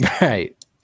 right